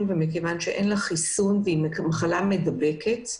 ומכיוון שאין לה חיסון והיא מחלה מידבקת,